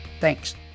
Thanks